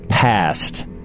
Past